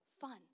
fun